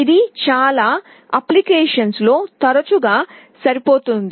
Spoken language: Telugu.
ఇది చాలా అనువర్తనాల్లో తరచుగా సరిపోతుంది